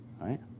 right